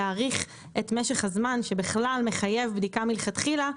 להאריך את משך הזמן שבכלל מחייב בדיקה מלכתחילה,